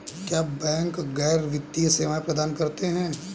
क्या बैंक गैर वित्तीय सेवाएं प्रदान करते हैं?